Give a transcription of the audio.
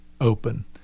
open